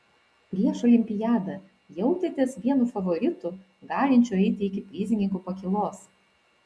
prieš olimpiadą jautėtės vienu favoritų galinčiu eiti iki prizininkų pakylos